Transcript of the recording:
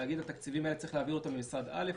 להגיד את התקציבים האלה צריך להעביר אותם ממשרד א'